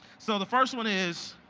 so the first one is,